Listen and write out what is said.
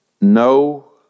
no